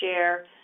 share